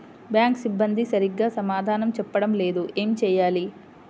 Bank సిబ్బంది సరిగ్గా సమాధానం చెప్పటం లేదు ఏం చెయ్యాలి?